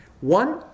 one